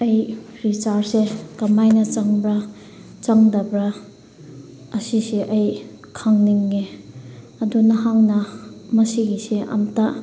ꯑꯩ ꯔꯤꯆꯥꯔꯖꯁꯦ ꯀꯃꯥꯏꯅ ꯆꯪꯕ꯭ꯔꯥ ꯆꯪꯗꯕ꯭ꯔꯥ ꯑꯁꯤꯁꯦ ꯑꯩ ꯈꯪꯅꯤꯡꯉꯦ ꯑꯗꯨ ꯅꯍꯥꯛꯅ ꯃꯁꯤꯒꯤꯁꯦ ꯑꯝꯇ